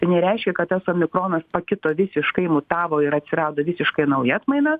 tai nereiškia kad tas omikronas pakito visiškai mutavo ir atsirado visiškai nauja atmaina